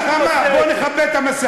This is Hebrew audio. אגיד לך מה: בוא נכבה את המסך.